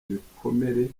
bikomere